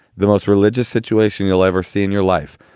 the most religious situation you'll ever see in your life,